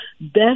best